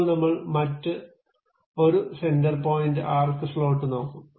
ഇപ്പോൾ നമ്മൾ മറ്റ് ഒരു സെന്റർ പോയിന്റ് ആർക്ക് സ്ലോട്ട് നോക്കും